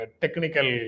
technical